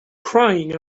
crying